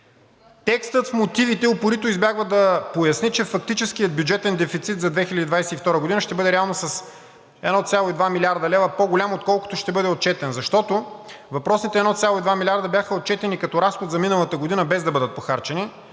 Текстът в мотивите упорито избягва да поясни, че фактическият бюджетен дефицит за 2022 г. ще бъде реално с 1,2 млрд. лв. по-голям, отколкото ще бъде отчетен, защото въпросните 1,2 милиарда бяха отчетени като разход за миналата година, без да бъдат похарчени,